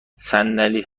صندلی